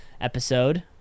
episode